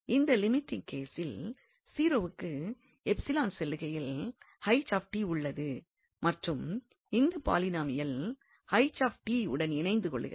இந்த லிமிட்டிங் கேசில் 0 க்கு செல்லுகையில் உள்ளது மற்றும் இந்த பாலினாமியல் உடன் இணைந்து கொள்கிறது